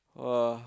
!wah!